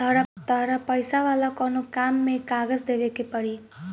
तहरा पैसा वाला कोनो काम में कागज देवेके के पड़ी